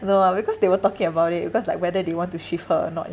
no ah because they were talking about it because like whether they want to shift her or not